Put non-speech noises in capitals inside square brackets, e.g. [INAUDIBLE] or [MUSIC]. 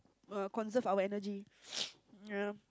err conserve our energy [NOISE] ya